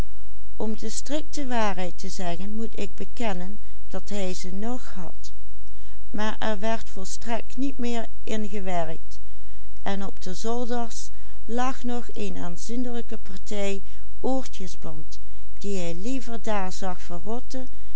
maar er werd volstrekt niet meer in gewerkt en op de zolders lag nog een aanzienlijke partij oortjesband die hij liever daar